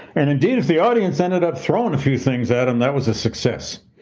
and indeed, if the audience ended up throwing a few things at them, that was a success.